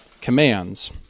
commands